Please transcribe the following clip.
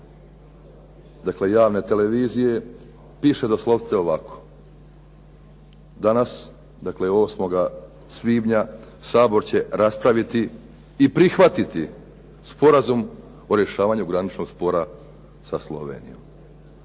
dakle javne televizije, piše doslovce ovako. Danas, dakle 8. svibnja, Sabor će raspraviti i prihvatiti Sporazum o rješavanu graničnog spora sa Slovenijom.